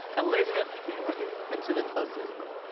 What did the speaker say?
elizabeth went to the closest mic.